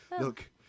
Look